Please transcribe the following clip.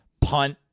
punt